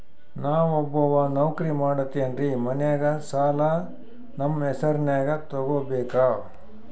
ನಾ ಒಬ್ಬವ ನೌಕ್ರಿ ಮಾಡತೆನ್ರಿ ಮನ್ಯಗ ಸಾಲಾ ನಮ್ ಹೆಸ್ರನ್ಯಾಗ ತೊಗೊಬೇಕ?